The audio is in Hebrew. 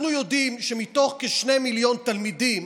אנחנו יודעים שמתוך כשני מיליון תלמידים,